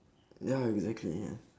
ya exactly ya